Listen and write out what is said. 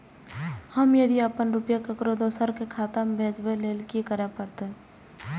हम यदि अपन रुपया ककरो दोसर के खाता में भेजबाक लेल कि करै परत?